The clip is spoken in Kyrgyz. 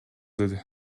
деди